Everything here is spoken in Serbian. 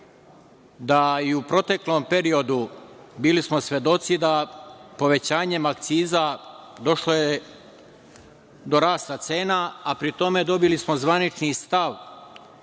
da i u proteklom periodu bili smo svedoci da povećanjem akciza došlo je do rasta cena, a pri tome dobili smo zvanični stav